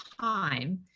time